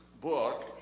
book